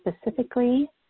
specifically